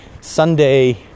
Sunday